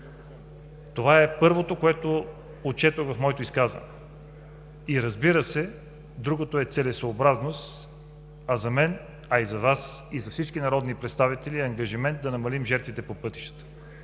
Това е първото, което отчетох в моето изказване. Разбира се, другото е целесъобразност. За мен, а и за Вас и за всички народни представители е ангажимент да намалим жертвите по пътищата.